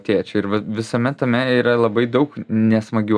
tėčiui ir visame tame yra labai daug nesmagių